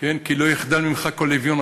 כי לא יחדל ממך כל אביון,